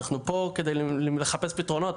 אנחנו פה לחפש פתרונות,